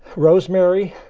rosemary,